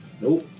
Nope